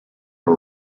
are